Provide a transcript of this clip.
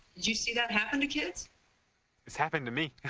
you see that happen to kids it's happened to me.